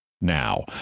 now